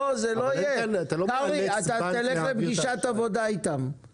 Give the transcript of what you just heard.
-- תבטיח לי שתלך לפגישת עבודה איתם.